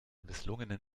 misslungenen